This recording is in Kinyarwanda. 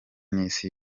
n’isi